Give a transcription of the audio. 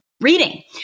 reading